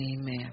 Amen